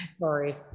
Sorry